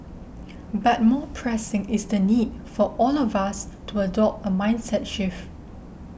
but more pressing is the need for all of us to adopt a mindset shift